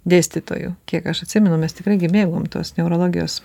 dėstytojų kiek aš atsimenu mes tikrai gi mėgom tas neurologijos